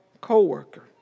co-worker